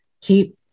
keep